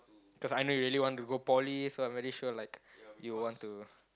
cause I know you really want to go poly so I very sure like you'd want to